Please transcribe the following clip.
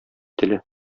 теле